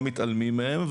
מתעלמים מהם,